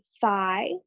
thigh